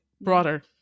broader